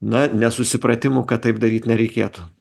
na nesusipratimų kad taip daryt nereikėtų